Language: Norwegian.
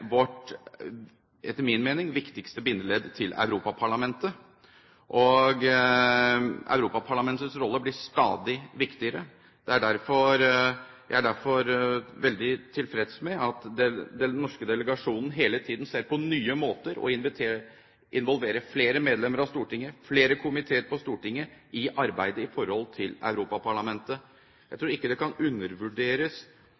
vårt viktigste bindemiddel til Europaparlamentet, og Europaparlamentets rolle blir stadig viktigere. Jeg er derfor veldig tilfreds med at den norske delegasjonen hele tiden ser på nye måter å involvere flere medlemmer av Stortinget, flere komiteer på Stortinget, i arbeidet i forhold til Europaparlamentet. Jeg